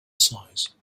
size